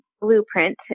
blueprint